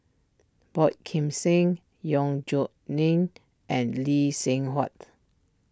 Boey Kim Yong Lin and Lee Seng Huat